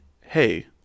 hey